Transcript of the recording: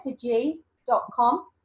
G.com